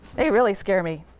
they really scare me.